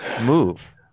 move